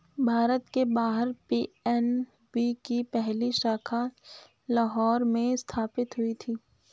भारत के बाहर पी.एन.बी की पहली शाखा लाहौर में स्थापित हुई थी